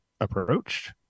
approached